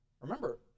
Remember